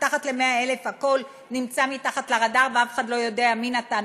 מתחת ל-100,000 הכול נמצא מתחת לרדאר ואף אחד לא יודע מי נתן,